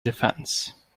defense